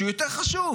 שהוא יותר חשוב?